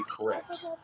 correct